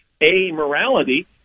amorality